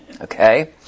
Okay